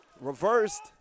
Reversed